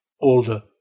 older